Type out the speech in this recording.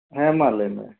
ᱦᱮᱸ ᱢᱟ ᱞᱟᱹᱭ ᱢᱮ